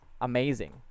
Amazing